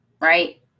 right